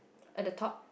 uh the top